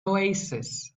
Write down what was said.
oasis